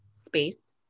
space